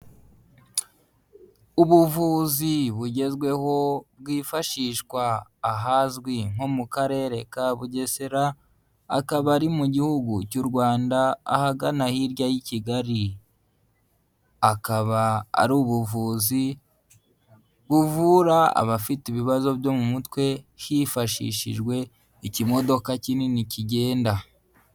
Ubuvuzi bugezweho bwifashishwa ahazwi nko mu Karere ka Bugesera, akaba ari mu gihugu cy'u Rwanda ahagana hirya y'i Kigali, akaba ari ubuvuzi buvura abafite ibibazo byo mu mutwe hifashishijwe ikimodoka kinini kigenda.